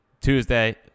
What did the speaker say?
Tuesday